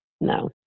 no